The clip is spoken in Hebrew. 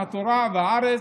התורה והארץ,